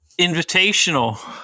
Invitational